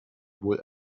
wohl